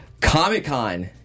Comic-Con